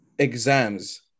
Exams